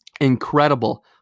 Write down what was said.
Incredible